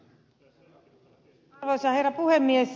arvoisa herra puhemies